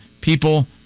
people